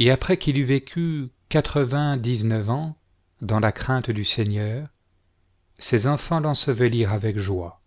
et après qu'il eut vécu quatrevingt-dix-neuf ans dans la crainte du seigneur ses enfants l'ensevelirent avec joie